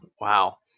wow